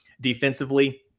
defensively